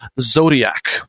zodiac